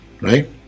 right